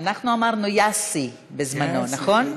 אנחנו אמרנו יאסי בזמנו, נכון?